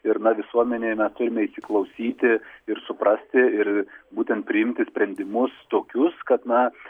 ir na visuomenė mes turime įsiklausyti ir suprasti ir būtent priimti sprendimus tokius kad na